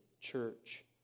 church